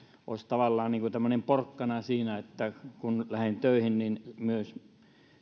olisi tavallaan tämmöinen porkkana siinä että kun lähden töihin niin myös